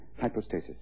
hypostasis